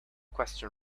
question